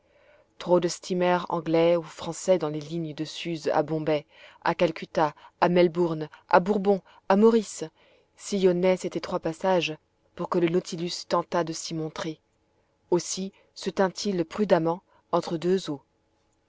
trop de steamers anglais ou français des lignes de suze à bombay à calcutta à melbourne à bourbon à maurice sillonnaient cet étroit passage pour que le nautilus tentât de s'y montrer aussi se tint il prudemment entre deux eaux